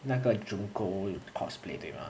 那个 jung kook cosplay 对吗